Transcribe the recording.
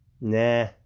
Nah